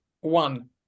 One